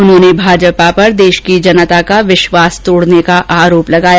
उन्होंने भाजपा पर देश की जनता का विश्वास तोडने का आरोप लगाया